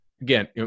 again